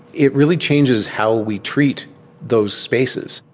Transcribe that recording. it really changes how we treat those spaces.